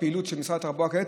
בפעילות של משרד התחבורה כעת,